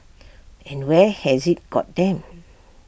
and where has IT got them